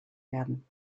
werden